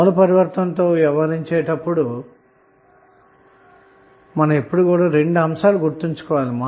source transformation చేయునప్పుడు రెండు అంశాలు గుర్తుంచుకోవాలి